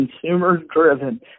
consumer-driven